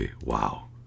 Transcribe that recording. Wow